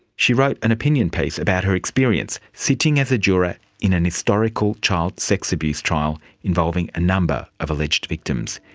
she wrote an opinion piece about her experience sitting as a juror in a and historical child sex abuse trial involving a number of alleged victims.